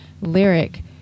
lyric